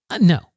no